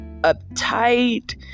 uptight